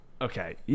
Okay